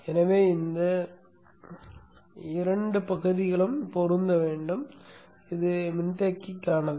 எனவே இந்த இரண்டு பகுதிகளும் பொருந்த வேண்டும் இது மின்தேக்கிக்கானது